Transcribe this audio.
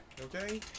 Okay